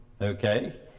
Okay